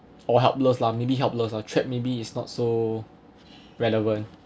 or helpless lah maybe helpless lah trapped maybe it's not so relevant